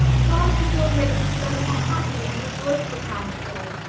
god give your graces both a happy and a joyful time of day!